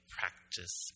practice